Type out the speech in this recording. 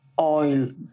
oil